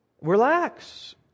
Relax